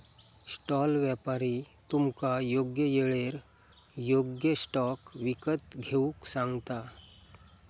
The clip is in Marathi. स्टॉल व्यापारी तुमका योग्य येळेर योग्य स्टॉक विकत घेऊक सांगता